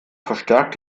verstärkt